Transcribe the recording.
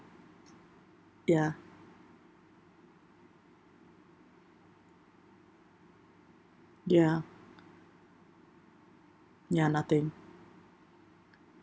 ya ya ya nothing